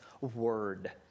word